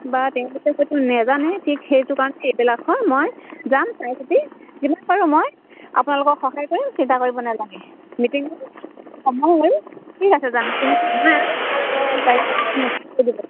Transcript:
বা তেওঁলোকে সেইটো নেজানে ঠিক সেইটো কাৰণে এইবিলাক হয় মই যাম চাই চিতি যিমান পাৰোঁ মই আপোনালোকক সহায় কৰিম চিন্তা কৰিব নালাগে মিটিঙৰ সময় হ'ল ঠিক আছে যাম মিটিঙৰ বাৰ আৰু তাৰিখটো মেছেজ কৰি দিব